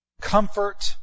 comfort